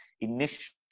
initial